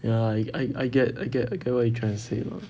ya I I get I get I get what you trying to say